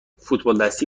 فوتبالدستی